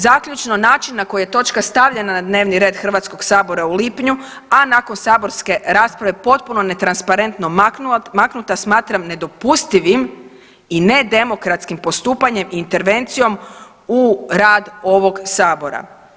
Zaključno, način na koji je točka stavljena na dnevni red Hrvatskog sabora u lipnju, a nakon saborske rasprave potpuno netransparentno maknuta smatram nedopustivim i nedemokratskim postupanjem i intervencijom u rad ovog sabora.